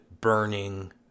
burning